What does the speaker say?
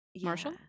Marshall